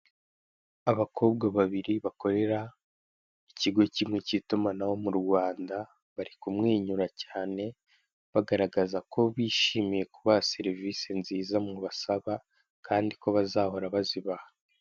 Abakobwa babiri bakorera ikigo kimwe cy'itumanaho mu Rwanda bari kumwenyura cyane bagaragaza ko bishimiye kubaha serivise nziza mubasaba kandi ko bazahora bazibaha.